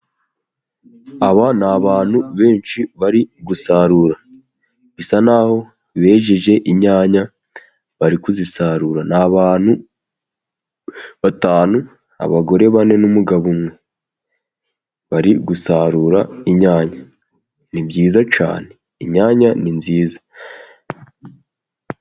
Aba ni abantu benshi bari gusarura, bisa naho bejeje inyanya bari kuzisarura, ni abantu batanu abagore bane n'umugabo umwe, bari gusarura inyanya ni byiza cyane inyanya ni nziza.